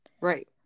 right